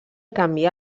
canvia